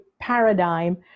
paradigm